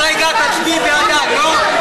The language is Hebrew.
עוד רגע תצביעי בעדה, לא?